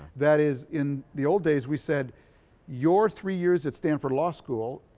that is in the old days we said your three years at stanford law school